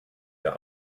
der